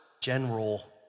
general